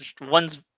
one's